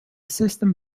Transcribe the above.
system